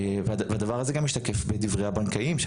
והדבר הזה גם משתקף בדברי הבנקאים,